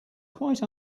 quite